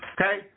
Okay